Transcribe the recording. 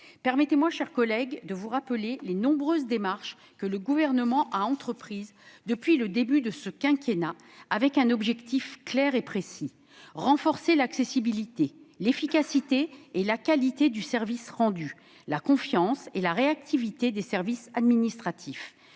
Permettez-moi, mes chers collègues, de rappeler les nombreuses démarches que le Gouvernement a entreprises depuis le début de ce quinquennat, avec un objectif clair et précis : renforcer l'accessibilité, l'efficacité et la qualité du service rendu, la confiance, la réactivité des services administratifs.